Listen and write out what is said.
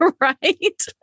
Right